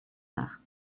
nach